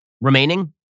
remaining